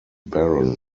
baron